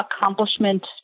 accomplishment